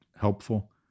helpful